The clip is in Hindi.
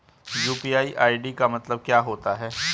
यू.पी.आई आई.डी का मतलब क्या होता है?